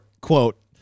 quote